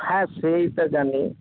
হ্যাঁ সেইটা জানি